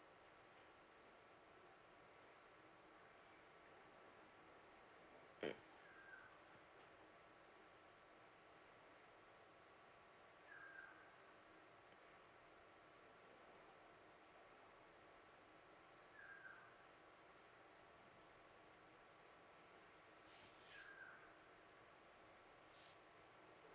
mm